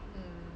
mm